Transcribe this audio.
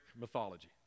mythology